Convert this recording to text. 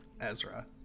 Ezra